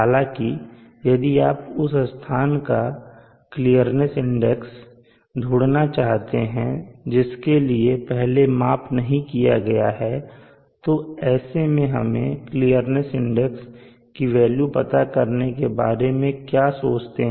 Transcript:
हालांकि यदि आप उस स्थान का क्लियरनेस इंडेक्स ढूंढना चाहते हैं जिसके लिए पहले माप नहीं किया गया है तो ऐसे में हम क्लियरनेस इंडेक्स की वेल्यू पता करने के बारे में क्या सोचते हैं